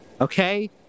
okay